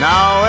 Now